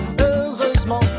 Heureusement